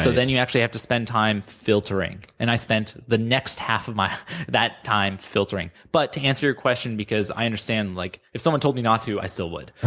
so then, you actually have to spend time filtering, and i spent the next half of my that time filtering, but to answer your question, because i understand like if someone told me not to, i still would,